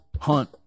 hunt